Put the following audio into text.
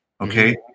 okay